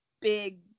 big